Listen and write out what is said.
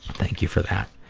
thank you for that.